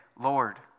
Lord